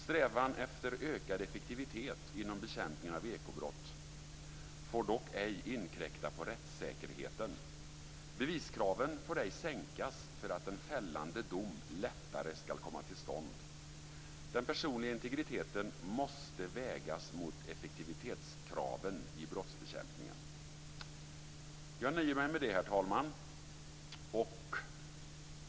Strävan efter ökad effektivitet inom bekämpningen av ekobrott får dock ej inkräkta på rättssäkerheten. Beviskraven får ej sänkas för att en fällande dom lättare ska komma till stånd. Den personliga integriteten måste vägas mot effektivitetskraven i brottsbekämpningen. Herr talman!